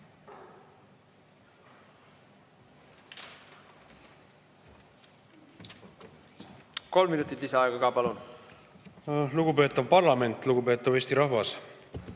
Kolm minutit lisaaega ka, palun! Lugupeetav parlament! Lugupeetav Eesti rahvas!